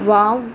wow